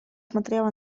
смотрела